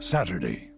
Saturday